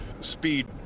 speed